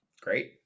great